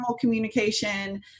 communication